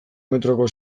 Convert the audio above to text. metroko